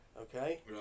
okay